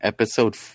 Episode